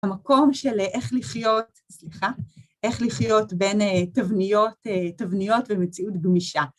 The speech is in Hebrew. המקום של איך לחיות, סליחה, איך לחיות בין תבניות, תבניות ומציאות גמישה.